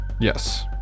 Yes